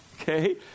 Okay